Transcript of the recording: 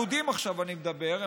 על יהודים אני מדבר עכשיו,